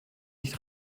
nicht